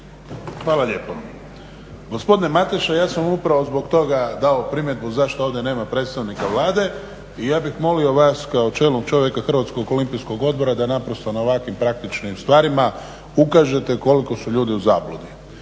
Hvala lijepo. Gospodine Mateša, ja sam upravo zbog toga dao primjedbu zašto ovdje nema predstavnika Vlade i ja bih molio vas kao čelnog čovjeka Hrvatskog olimpijskog odbora da naprosto na ovakvim praktičnim stvarima ukažete koliko su ljudi u zabludi.